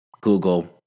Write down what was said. Google